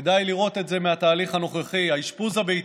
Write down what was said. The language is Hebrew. כדאי לראות את זה מהתהליך הנוכחי, האשפוז הביתי,